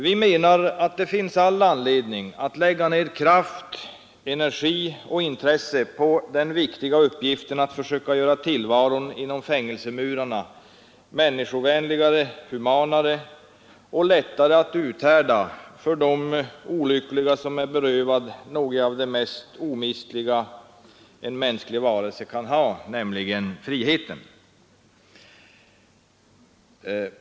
Vi menar att det finns all anledning att lägga ner kraft, energi och intresse på den viktiga uppgiften att försöka göra tillvaron inom fängelsemurarna människovärdigare, humanare och lättare att uthärda för de olyckliga som är berövade något av det mest omistliga för en mänsklig varelse, nämligen friheten.